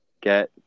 get